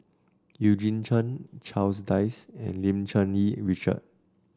Eugene Chen Charles Dyce and Lim Cherng Yih Richard